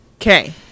Okay